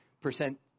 percent